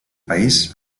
país